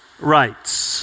rights